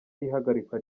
y’ihagarikwa